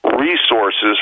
resources